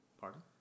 Pardon